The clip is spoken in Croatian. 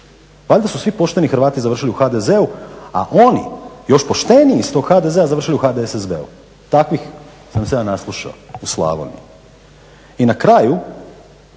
Valjda su svi pošteni Hrvati završili u HDZ-u, a oni još pošteniji iz tog HDZ-a završili u HDSSB-u. Takvih sam se ja naslušao u Slavoniji. I na kraju,